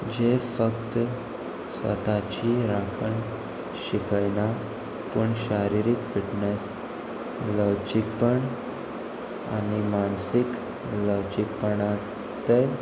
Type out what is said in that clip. फक्त स्वताची राखण शिकयना पूण शारिरीक फिटनस लवचीकपण आनी मानसीक लवचीकपणांत